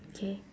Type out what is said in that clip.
okay